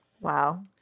Wow